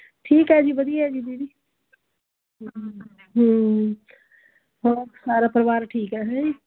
ਠੀਕ ਹੈ ਜੀ ਵਧੀਆ ਜੀ ਦੀਦੀ ਹੋਰ ਸਾਰਾ ਪਰਿਵਾਰ ਠੀਕ ਹੈ ਜੀ